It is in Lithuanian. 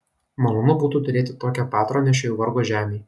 malonu būtų turėti tokią patronę šioj vargo žemėj